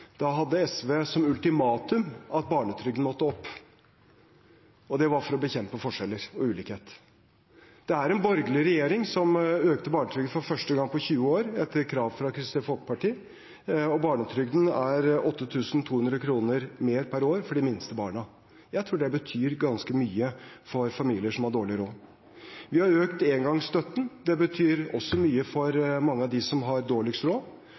Da hadde SV som ultimatum at barnetrygden måtte opp. Det var for å bekjempe forskjeller og ulikhet. Det var en borgerlig regjering som økte barnetrygden for første gang på 20 år, etter krav fra Kristelig Folkeparti. Barnetrygden er 8 200 kr mer per år for de minste barna. Jeg tror det betyr ganske mye for familier som har dårlig råd. Vi har økt engangsstøtten. Det betyr også mye for mange av dem som har dårligst råd.